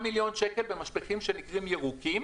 מיליון שקל במשפכים שנקראים משפכים ירוקים,